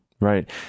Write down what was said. Right